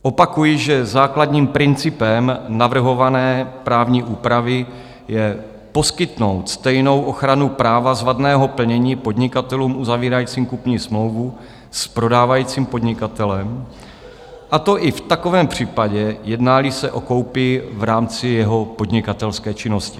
Opakuji, že základním principem navrhované právní úpravy je poskytnout stejnou ochranu práva z vadného plnění podnikatelům uzavírajícím kupní smlouvu s prodávajícím podnikatelem, a to v takovém případě, jednáli se o koupi v rámci jeho podnikatelské činnosti.